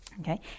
Okay